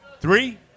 Three